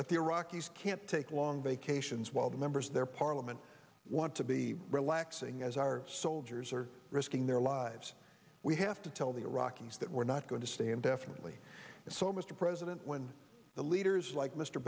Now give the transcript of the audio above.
that the iraqis can't take long vacations while the members of their parliament want to be relaxing as our soldiers are risking their lives we have to tell the iraqis that we're not going to stay indefinitely so mr president when the leaders like mr